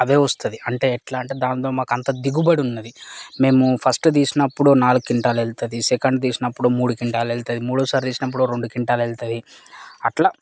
అవే వస్తుంది అంటే ఎట్లా అంటే దాంతో మాకంత దిగుబడి ఉన్నది మేము ఫస్ట్ తీసినప్పుడు నాలుగు క్వింటాల్ వెళుతుంది సెకండ్ చేసినప్పుడు మూడు క్వింటాల్ వెళుతుంది మూడోసారి తీసినప్పుడు రెండు క్వింటాల్ వెళుతుంది అట్లా